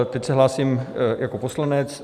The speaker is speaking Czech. Teď se hlásím jako poslanec.